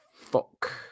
Fuck